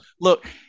Look